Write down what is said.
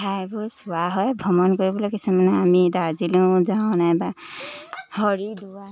ঠাইবোৰ চোৱা হয় ভ্ৰমণ কৰিবলৈ কিছুমানে আমি দাৰ্জিলিঙো যাওঁ নাই বা হৰিদ্বাৰ